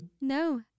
No